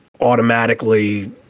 automatically